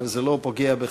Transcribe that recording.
אבל זה לא פוגע בחשיבותו.